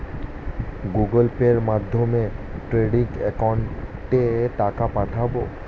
Google পের মাধ্যমে trading একাউন্টে টাকা পাঠাবো?